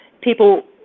people